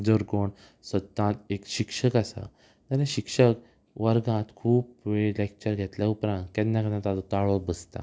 जर कोण सद्दां एक शिक्षक आसा जाल्यार शिक्षक वर्गांत खूब वेळ लेक्चर घेतल्या उपरांत केन्ना केन्ना ताजो ताळो बसता